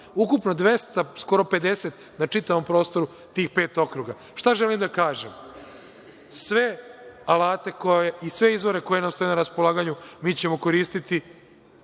ukupno skoro 250 na čitavom prostoru tih pet okruga. Šta želim da kažem? Sve alate i sve izvore koji nam stoje na raspolaganju, mi ćemo koristi.